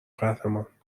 قهرمان